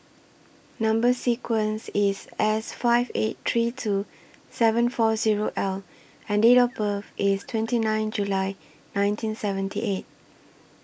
Number sequence IS S five eight three two seven four Zero L and Date of birth IS twenty nine July nineteen seventy eight